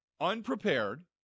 unprepared